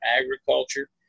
agriculture